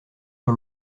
sur